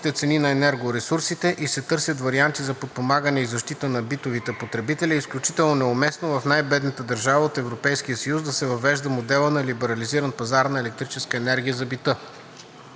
цени на енергоресурсите и се търсят варианти за подпомагане и защита на битовите потребители, е изключително неуместно в най-бедната държава от Европейския съюз да се въвежда моделът на либерализиран пазар на електрическата енергия за бита.